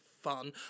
fun